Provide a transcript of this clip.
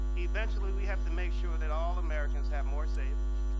eventually we have to make sure that all americans have more savings,